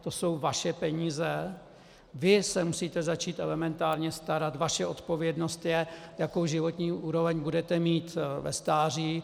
To jsou vaše peníze, vy se musíte začít elementárně starat, vaše odpovědnost je, jakou životní úroveň budete mít ve stáří.